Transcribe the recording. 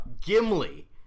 Gimli